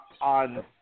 on